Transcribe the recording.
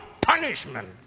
punishment